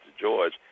George